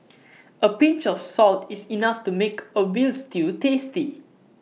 A pinch of salt is enough to make A Veal Stew tasty